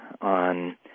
on